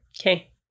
Okay